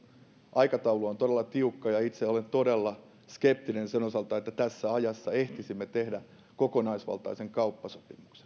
aikataulu on todella tiukka ja itse olen todella skeptinen sen osalta että tässä ajassa ehtisimme tehdä kokonaisvaltaisen kauppasopimuksen